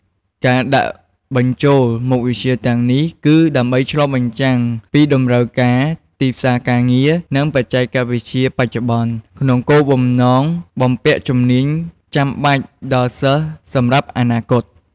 ការដាក់បញ្ចូលមុខវិជ្ជាទាំងនេះគឺដើម្បីឆ្លុះបញ្ចាំងពី តម្រូវការទីផ្សារការងារ និង បច្ចេកវិទ្យាបច្ចុប្បន្ន ក្នុងគោលបំណងបំពាក់ជំនាញចាំបាច់ដល់សិស្សសម្រាប់អនាគត។